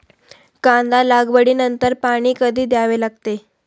कांदा लागवडी नंतर पाणी कधी द्यावे लागते?